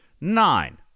nine